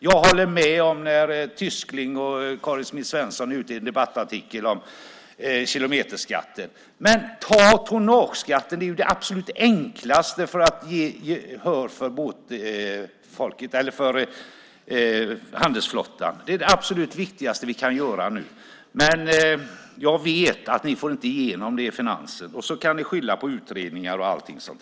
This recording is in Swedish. Jag håller med om det Tysklind och Karin Svensson Smith skrev i en debattartikel om kilometerskatten. Men tonnageskatten är ju det absolut enklaste beträffande gehör för handelsflottan. Det är det absolut viktigaste vi kan göra nu. Men jag vet att ni inte får igenom det i Finansen. Sedan kan ni skylla på utredningar och sådant.